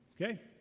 Okay